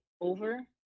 over